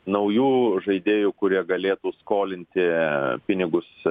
naujų žaidėjų kurie galėtų skolinti pinigus